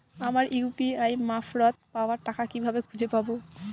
আমার ইউ.পি.আই মারফত পাওয়া টাকা কিভাবে খুঁজে পাব?